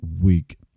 week